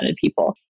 people